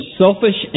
selfish